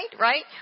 right